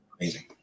amazing